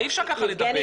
סליחה, אי אפשר ככה לדבר.